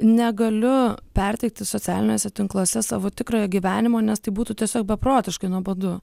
negaliu perteikti socialiniuose tinkluose savo tikrojo gyvenimo nes tai būtų tiesiog beprotiškai nuobodu